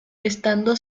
estando